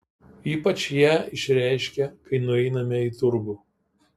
ypač ją išreiškia kai nueiname į turgų